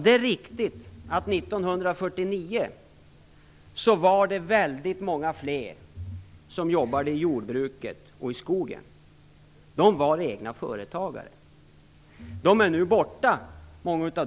Det är riktigt att det 1949 var betydligt fler som arbetade i jordbruket och i skogen. De var egna företagare. Många av de jobben är nu borta.